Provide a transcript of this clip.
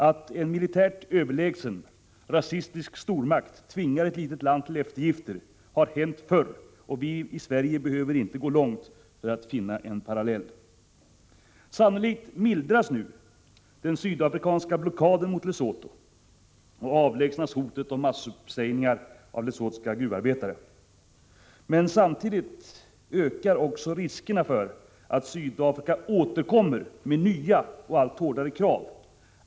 Att en militärt överlägsen rasistisk stormakt tvingar ett litet land till eftergifter har hänt förr, och vi i Sverige behöver inte gå långt för att finna en parallell. Sannolikt mildras nu den sydafrikanska blockaden mot Lesotho och avlägsnas hotet om massuppsägningar av lesothiska gruvarbetare, men samtidigt ökar också riskerna för att Sydafrika återkommer med nya och allt hårdare krav.